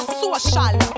social